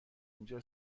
اینجا